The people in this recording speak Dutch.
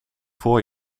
voor